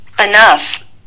enough